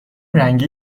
رنگی